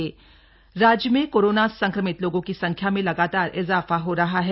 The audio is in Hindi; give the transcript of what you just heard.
कोविड अपडेट राज्य में कोरोना संक्रमित लोगों की संख्या में लगातार इजाफा हो रहा है